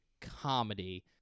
comedy